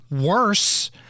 worse